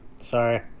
sorry